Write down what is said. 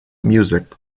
music